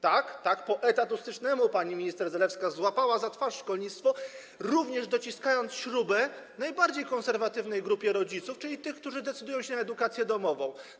Tak, tak po etatystycznemu pani minister Zalewska złapała za twarz szkolnictwo, również dociskając śrubę najbardziej konserwatywnej grupie rodziców, czyli tych, którzy decydują się na edukację domową.